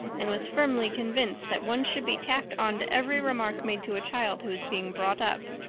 and was firmly convinced that one should be tacked on to every remark made to a child who was being brought up.